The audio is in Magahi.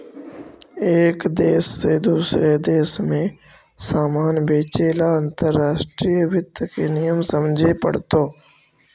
एक देश से दूसरे देश में सामान बेचे ला अंतर्राष्ट्रीय वित्त के नियम समझे पड़तो